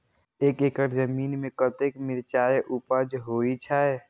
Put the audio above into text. एक एकड़ जमीन में कतेक मिरचाय उपज होई छै?